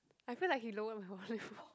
I feel like he lowered my volume